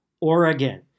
Oregon